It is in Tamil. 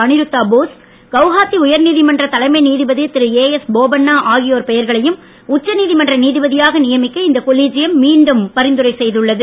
அனிருத்தா போஸ் கவுகாத்தி உயர்நீதிமன்ற தலைமை நீதிபதி திரு ஏஎஸ் போபண்ணா ஆகியோர் பெயர்களையும் உச்ச நீதிமன்ற நீதிபதியாக நியமிக்க இந்த கொலிஜியம் மீண்டும் பரிந்துரை செய்துள்ளது